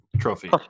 trophy